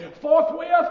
Forthwith